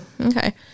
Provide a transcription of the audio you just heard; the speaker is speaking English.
Okay